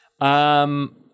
Um-